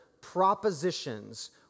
propositions